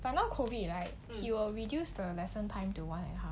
反正 COVID right he will reduce the lesson time to one and a half